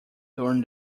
during